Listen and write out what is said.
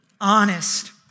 Honest